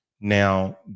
Now